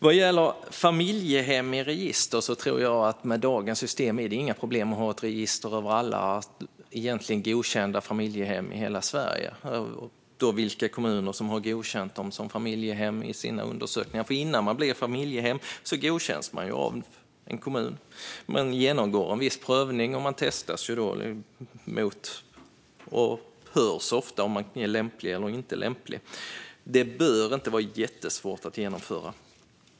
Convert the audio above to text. Vad gäller register över familjehem tror jag inte att det med dagens system är några problem att ha ett register över alla godkända familjehem i hela Sverige och vilka kommuner som efter undersökning har godkänt dem som familjehem. Innan man blir familjehem godkänns man ju av en kommun. Man genomgår en viss prövning och testas ofta om man är lämplig eller inte. Det bör inte vara jättesvårt att genomföra.